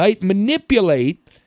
manipulate